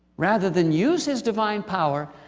rather than use his divine power,